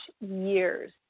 years